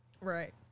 Right